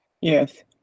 yes